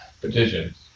Petitions